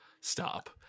Stop